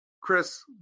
Chris